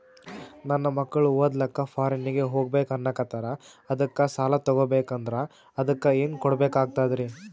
ನನ್ನ ಮಕ್ಕಳು ಓದ್ಲಕ್ಕ ಫಾರಿನ್ನಿಗೆ ಹೋಗ್ಬಕ ಅನ್ನಕತ್ತರ, ಅದಕ್ಕ ಸಾಲ ತೊಗೊಬಕಂದ್ರ ಅದಕ್ಕ ಏನ್ ಕೊಡಬೇಕಾಗ್ತದ್ರಿ?